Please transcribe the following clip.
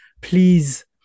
please